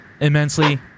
immensely